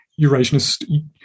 Eurasianist